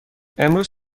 امروز